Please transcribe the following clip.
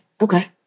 Okay